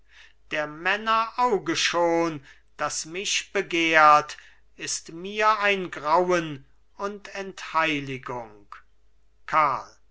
der männer auge schon das mich begehrt ist mir ein grauen und entheiligung karl